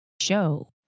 Show